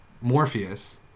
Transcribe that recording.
Morpheus